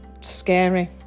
scary